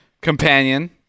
Companion